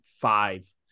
five